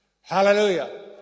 Hallelujah